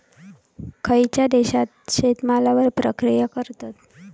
खयच्या देशात शेतमालावर प्रक्रिया करतत?